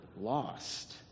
lost